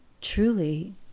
truly